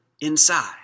inside